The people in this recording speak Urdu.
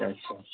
اچھا